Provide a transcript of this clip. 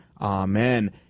Amen